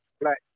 black